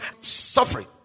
suffering